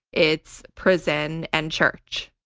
it's prison and church.